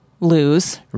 lose